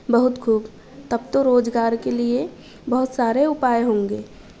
बहुत ख़ूब तब तो रोज़गार के लिए बहुत सारे उपाय होंगे